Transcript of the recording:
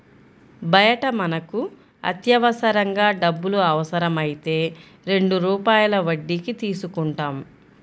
బయట మనకు అత్యవసరంగా డబ్బులు అవసరమైతే రెండు రూపాయల వడ్డీకి తీసుకుంటాం